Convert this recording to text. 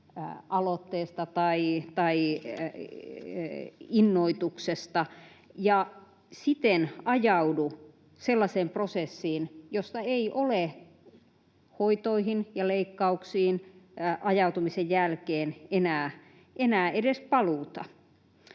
aloitteesta tai innoituksesta ja siten ajaudu sellaiseen prosessiin, josta ei ole hoitoihin ja leikkauksiin ajautumisen jälkeen enää edes paluuta.